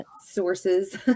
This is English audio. sources